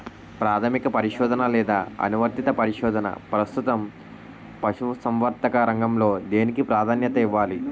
ప్రాథమిక పరిశోధన లేదా అనువర్తిత పరిశోధన? ప్రస్తుతం పశుసంవర్ధక రంగంలో దేనికి ప్రాధాన్యత ఇవ్వాలి?